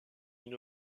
une